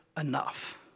enough